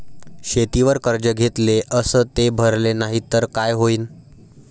शेतीवर कर्ज घेतले अस ते भरले नाही तर काय होईन?